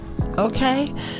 okay